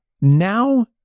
now